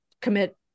commit